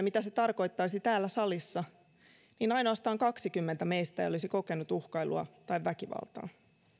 mitä se tarkoittaisi täällä salissa niin ainoastaan kaksikymmentä meistä ei olisi kokenut uhkailua tai väkivaltaa